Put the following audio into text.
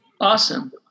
Awesome